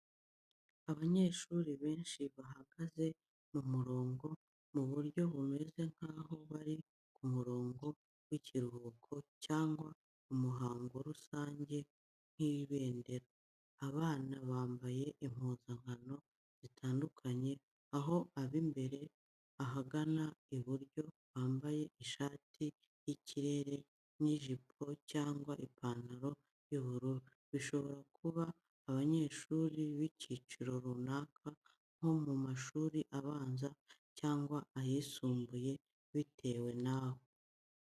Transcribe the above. Abanyeshuri benshi bahagaze mu murongo, mu buryo bumeze nk’aho bari ku murongo w’ikiruhuko cyangwa umuhango rusange nk'ibendera. Abana bambaye impuzankano zitandukanye aho ab’imbere ahagana iburyo bambaye ishati y’ikirere n’ijipo cyangwa ipantaro y’ubururu bishobora kuba abanyeshuri b’icyiciro runaka nko mu mashuri abanza cyangwa ayisumbuye bitewe n’aho.